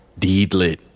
Deedlit